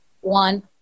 one